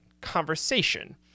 conversation